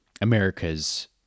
America's